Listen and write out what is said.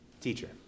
Teacher